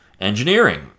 engineering